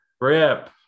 RIP